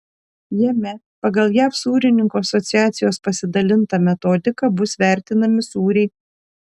jame pagal jav sūrininkų asociacijos pasidalintą metodiką bus vertinami sūriai